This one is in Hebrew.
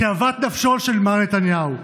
כאוות נפשו של מר נתניהו.